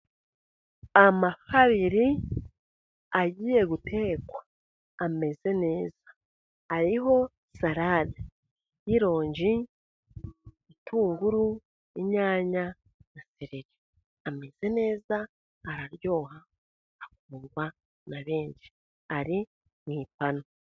Amafi abiri agiye gutekwa. Ameze neza ariho salade y'ironji, ibitunguru, inyanya na seleri. Ameze neza araryoha. Akundwa na benshi ari mu ipanu.